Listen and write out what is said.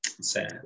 sad